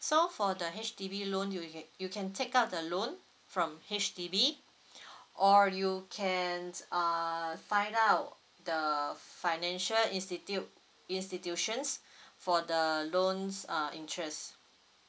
so for the H_D_B loan you ca~ you can take out the loan from H_D_B or you can uh find out the financial institute institutions for the loans uh interest